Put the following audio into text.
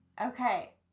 okay